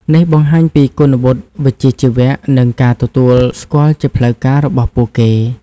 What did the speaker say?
នេះបង្ហាញពី គុណវុឌ្ឍិ វិជ្ជាជីវៈ និងការទទួលស្គាល់ជាផ្លូវការរបស់ពួកគេ។